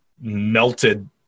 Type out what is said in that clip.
melted